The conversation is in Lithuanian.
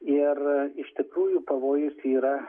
ir iš tikrųjų pavojus yra